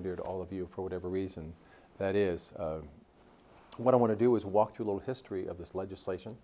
and dear to all of you for whatever reason that is what i want to do is walk to the history of this legislation